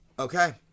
Okay